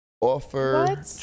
offer